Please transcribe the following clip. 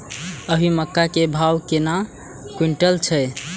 अभी मक्का के भाव केना क्विंटल हय?